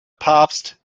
papst